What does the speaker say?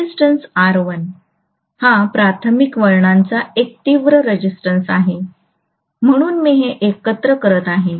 resistance R1 हा प्राथमिक वळणांचा एक तीव्र रेजिस्टन्स आहे म्हणून मी हे एकत्र करत आहे